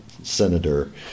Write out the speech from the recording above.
senator